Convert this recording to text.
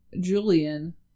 Julian